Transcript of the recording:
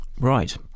Right